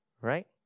right